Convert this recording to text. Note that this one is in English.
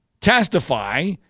testify